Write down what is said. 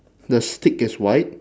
the stick is white